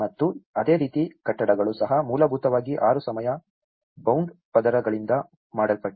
ಮತ್ತು ಅದೇ ರೀತಿ ಕಟ್ಟಡಗಳು ಸಹ ಮೂಲಭೂತವಾಗಿ 6 ಸಮಯ ಬೌಂಡ್ ಪದರಗಳಿಂದ ಮಾಡಲ್ಪಟ್ಟಿದೆ